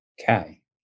okay